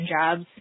jobs